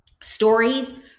stories